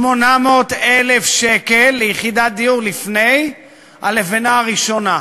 800,000 שקל ליחידת דיור, לפני הלבנה הראשונה,